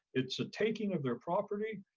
it's a taking of their property.